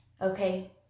okay